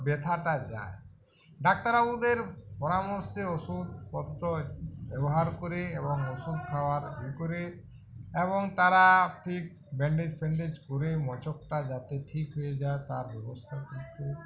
ব্যেথাটা যায় ডাক্তারবাবুদের পরামর্শে ওষুধপত্র এ ব্যবহার করে এবং ওষুধ খাওয়ার ই করে এবং তারা ঠিক ব্যান্ডেজ ফ্যান্ডেজ করে মোচকটা যাতে ঠিক হয়ে যায় তার ব্যবস্থা কিন্তু